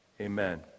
Amen